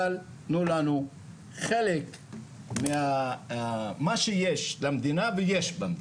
אבל תנו לנו חלק ממה שיש למדינה, ויש במדינה.